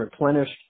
replenished